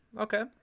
Okay